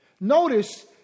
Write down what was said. Notice